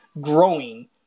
growing